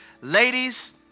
Ladies